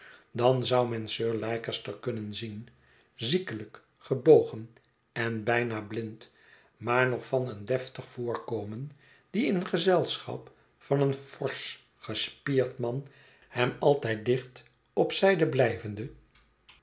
dan zou men sir leicester kunnen zien ziekelijk gebogen en bijna blind maar nog van een deftig voorkomen die in gezelschap van een forsch gespierd man hem altijd dicht op zijde blijvende